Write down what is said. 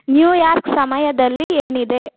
New York ಸಮಯದಲ್ಲಿ ಏನಿದೆ